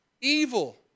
evil